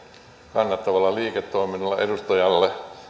kannattavalla liiketoiminnalla edustajalle